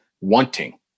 wanting